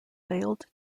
failed